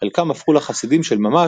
חלקם הפכו לחסידים של ממש,